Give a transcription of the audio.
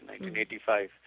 1985